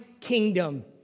kingdom